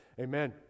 amen